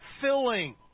filling